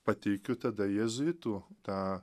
pateikiu tada jėzuitų tą